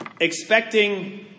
Expecting